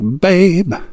babe